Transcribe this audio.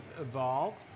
evolved